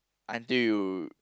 until you